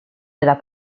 della